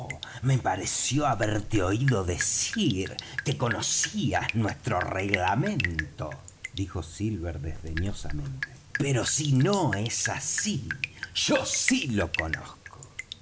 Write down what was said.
me pareció haberte oído decir que conocías nuestro reglamento dijo silver desdeñosamente pero si no es así yo sí lo conozco